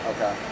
Okay